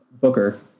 Booker